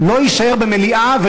(חבר הכנסת אברהים צרצור יוצא מאולם המליאה.)